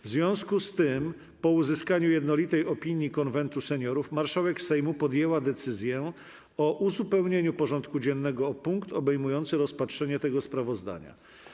W związku z tym, po uzyskaniu jednolitej opinii Konwentu Seniorów, marszałek Sejmu podjęła decyzję o uzupełnieniu porządku dziennego o punkt obejmujący rozpatrzenie tego sprawozdania.